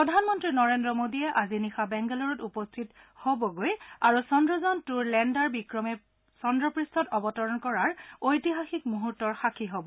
প্ৰধানমন্ত্ৰী নৰেন্দ্ৰ মোডীয়ে আজি নিশা বেংগালুৰুত উপস্থিত হ'ব আৰু চন্দ্ৰযান টূৰ লেণ্ডাৰ বিক্ৰমে চন্দ্ৰপূষ্ঠত অৱতৰণ কৰাৰ ঐতিহাসিক মুহূৰ্তৰ সাক্ষী হ'ব